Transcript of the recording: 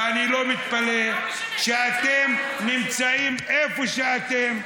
ואני לא מתפלא שאתם נמצאים איפה שאתם,